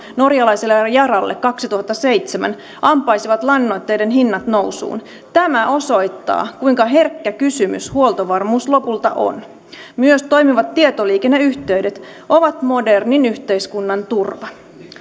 norjalaiselle yaralle kaksituhattaseitsemän ampaisivat lannoitteiden hinnat nousuun tämä osoittaa kuinka herkkä kysymys huoltovarmuus lopulta on myös toimivat tietoliikenneyhteydet ovat modernin yhteiskunnan turva